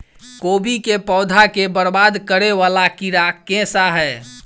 कोबी केँ पौधा केँ बरबाद करे वला कीड़ा केँ सा है?